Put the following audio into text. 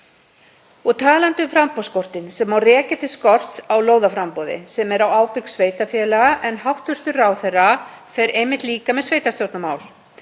Og talandi um framboðsskort sem má rekja til skorts á lóðaframboði sem er á ábyrgð sveitarfélaga en hæstv. ráðherra fer einmitt líka með sveitarstjórnarmál: